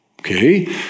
Okay